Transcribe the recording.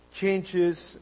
changes